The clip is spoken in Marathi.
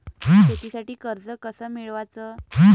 शेतीसाठी कर्ज कस मिळवाच?